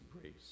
grace